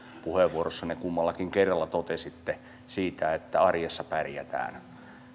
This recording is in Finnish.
puheenvuorossanne kummallakin kerralla totesitte siitä että arjessa pärjätään